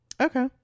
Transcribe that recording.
Okay